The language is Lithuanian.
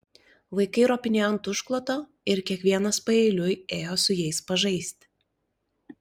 vaikai ropinėjo ant užkloto ir kiekvienas paeiliui ėjo su jais pažaisti